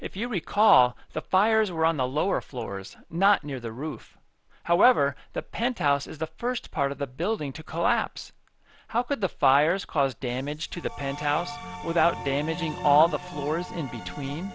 if you recall the fires were on the lower floors not near the roof however the penthouse is the first part of the building to collapse how could the fires cause damage to the penthouse without damaging all the floors in between